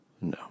No